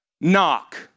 Knock